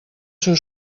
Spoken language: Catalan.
seu